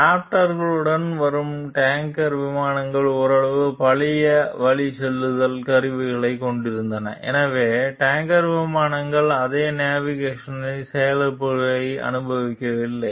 ராப்டர்களுடன் வரும் டேங்கர் விமானங்கள் ஓரளவு பழைய வழிசெலுத்தல் கருவிகளைக் கொண்டிருந்தன எனவே டேங்கர் விமானங்கள் அதே nav கன்சோல் செயலிழப்புகளை அனுபவிக்கவில்லை